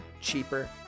cheaper